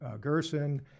Gerson